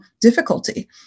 difficulty